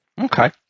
Okay